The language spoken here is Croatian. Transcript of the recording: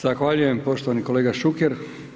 Zahvaljujem poštovani kolega Šuker.